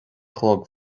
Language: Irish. chlog